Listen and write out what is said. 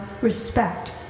respect